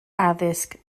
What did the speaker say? addysg